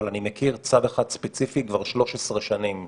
אבל אני מכיר כבר 13 שנים צו אחד ספציפי